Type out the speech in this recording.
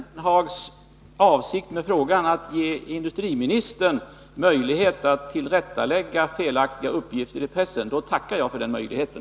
Fru talman! Om det har varit herr Ullenhags avsikt med frågan att ge industriministern möjlighet att tillrättalägga felaktiga uppgifter i pressen, tackar jag för den möjligheten.